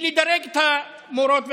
היא לדרג את המורות והמורים.